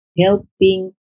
helping